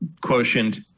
quotient